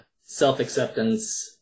self-acceptance